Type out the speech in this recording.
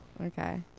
okay